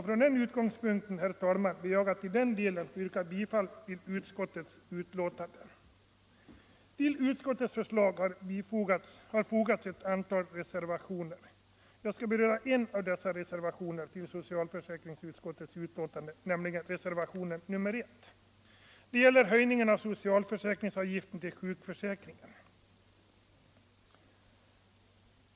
Från den utgångspunkten ber jag, herr talman, att i den delen få yrka bifall till utskottets hemställan. Vid utskottens betänkanden har fogats ett antal reservationer. Jag skall beröra reservationen I som anmälts till socialförsäkringsutskottets betänkande nr 33. Den gäller höjningen av socialförsäkringsavgiften till sjukförsäkringen.